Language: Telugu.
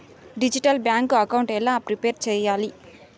డిజిటల్ బ్యాంకు అకౌంట్ ఎలా ప్రిపేర్ సెయ్యాలి?